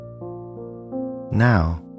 Now